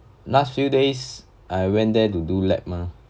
last few days I went there to do lab mah